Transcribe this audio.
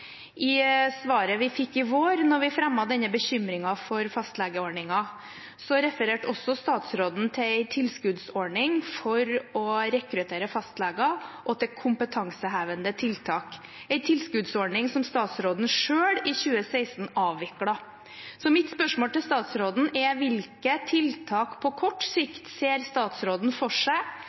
I svaret vi fikk i vår, da vi fremmet denne bekymringen for fastlegeordningen, refererte også statsråden til en tilskuddsordning for å rekruttere fastleger og til kompetansehevende tiltak, en tilskuddsordning som statsråden selv i 2016 avviklet. Så mitt spørsmål til statsråden er: Hvilke tiltak på kort sikt ser statsråden for seg